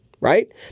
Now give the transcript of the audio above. right